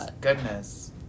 Goodness